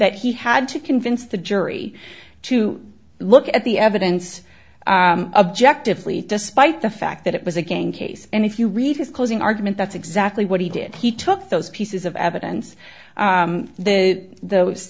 that he had to convince the jury to look at the evidence objective fleet despite the fact that it was a game case and if you read his closing argument that's exactly what he did he took those pieces of evidence that those